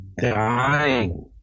dying